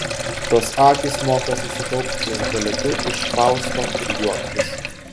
tos akys moka susikaupti ties baletu iš fausto ir juoktis